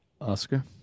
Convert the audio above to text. Oscar